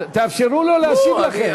תאפשרו לו להשיב לכם.